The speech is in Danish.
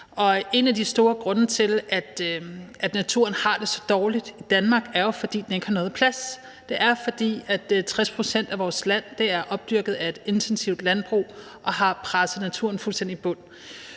en af de store grunde til, at naturen har det så dårligt i Danmark, er jo, at den ikke har noget plads. Det er, fordi 60 pct. af vores land er opdyrket af et intensivt landbrug, og det har presset naturen fuldstændig i bund.